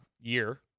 year